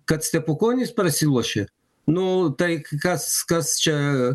kad stepukonis prasilošė nu tai k kas kas čia